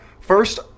first